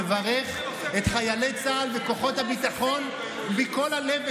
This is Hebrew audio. מברך את חיילי צה"ל וכוחות הביטחון מכל הלב,